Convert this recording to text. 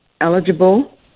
eligible